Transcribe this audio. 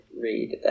read